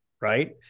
right